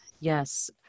Yes